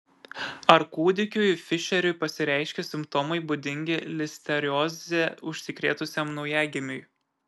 ar kūdikiui fišeriui pasireiškė simptomai būdingi listerioze užsikrėtusiam naujagimiui